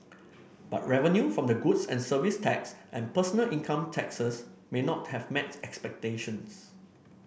but revenue from the goods and Services Tax and personal income taxes may not have met expectations